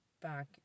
Back